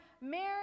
Mary